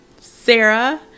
Sarah